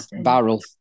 barrel